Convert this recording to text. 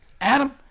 Adam